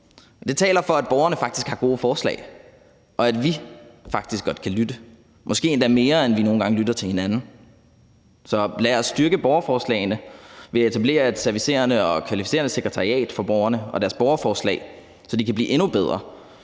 Det taler for, at borgerne faktisk har gode forslag, og at vi faktisk godt kan lytte, måske endda mere, end vi nogle gange lytter til hinanden. Så lad os styrke borgerforslagene ved at etablere et servicerende og kvalificerende sekretariat for borgerne og deres borgerforslag, så de kan blive endnu bedre.